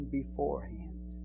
beforehand